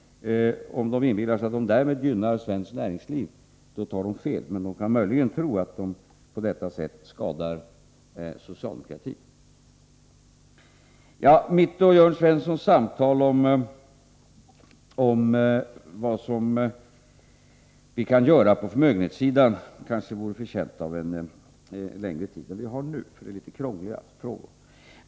Om moderaterna inbillar sig att de därmed gynnar svenskt näringsliv tar de fel. Men de kan möjligen tro att de på detta sätt skadar socialdemokratin. Mitt och Jörn Svenssons samtal om vad vi kan göra på förmögenhetssidan kanske vore förtjänt av litet längre debattid än vi nu har till förfogande, för det är rätt krångliga frågor.